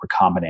recombinant